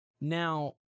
now